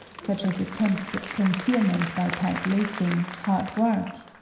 such as attempts at concealment by tight lacing, hard work,